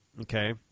Okay